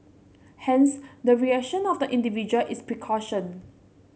hence the reaction of the individual is precaution